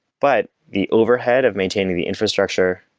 but the overhead of maintaining the infrastructure,